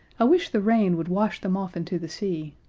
i wish the rain would wash them off into the sea.